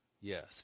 yes